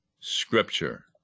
Scripture